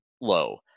low